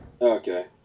Okay